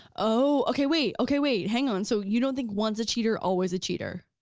oh, okay wait, okay wait, hang on, so you don't think once a cheater, always a cheater?